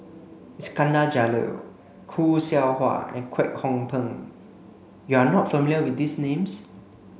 Iskandar Jalil Khoo Seow Hwa and Kwek Hong Png you are not familiar with these names